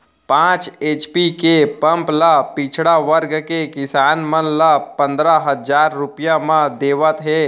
पांच एच.पी के पंप ल पिछड़ा वर्ग के किसान मन ल पंदरा हजार रूपिया म देवत हे